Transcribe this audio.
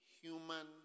human